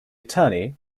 attorney